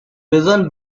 vision